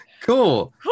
Cool